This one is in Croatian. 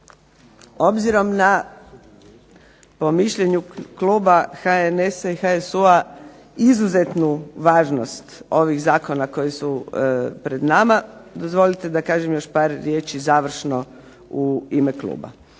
Obzirom na, po mišljenju kluba HNS-a i HSU-a, izuzetnu važnost ovih zakona koji su pred nama, dozvolite da kažem još par riječi završno u ime kluba.